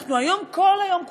אנחנו היום כל היום,